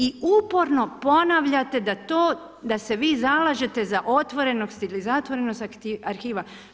I uporno ponavljate da se vi zalažete za otvorenost ili zatvorenost arhiva.